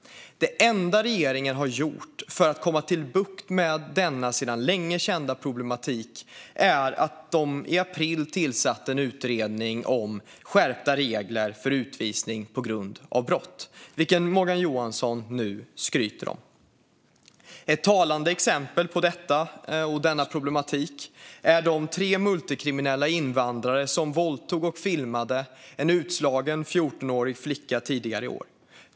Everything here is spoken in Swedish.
Det enda regeringen har gjort för att få bukt med denna sedan länge kända problematik är att de i april tillsatte en utredning om skärpta regler för utvisning på grund av brott, vilket Morgan Johansson nu skryter om. Ett talande exempel på denna problematik är de tre multikriminella invandrare som våldtog och filmade en utslagen 14-årig flicka tidigare i år.